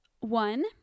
One